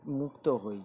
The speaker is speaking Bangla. মুক্ত হই